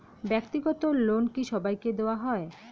ব্যাক্তিগত লোন কি সবাইকে দেওয়া হয়?